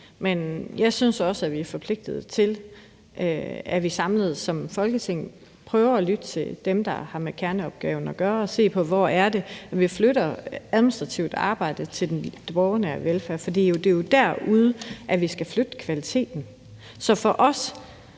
Men jeg synes også, at vi er forpligtet til, at vi samlet som Folketing prøver at lytte til dem, der har med kerneopgaven at gøre, og ser på, hvor det er, vi kan flytte administrativt arbejde i forhold til den borgernære velfærd, for det er jo derude, vi skal flytte kvaliteten. Så for os